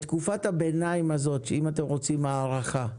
בתקופת הביניים הזאת שבה אתם רוצים הארכה,